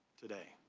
today.